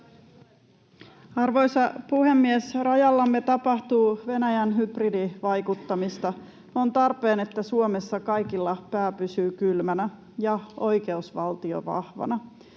Arvoisa puhemies! Rajallamme tapahtuu Venäjän hybridivaikuttamista. On tarpeen, että Suomessa kaikilla pää pysyy kylmänä ja oikeusvaltio vahvana.